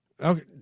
Okay